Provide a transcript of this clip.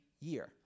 year